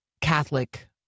Catholic